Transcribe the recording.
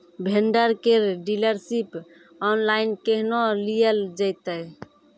Vendor केर dealership online केहनो लियल जेतै?